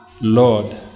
Lord